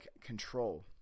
control